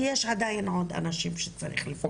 כי יש עדיין עוד אנשים שצריך לשמוע.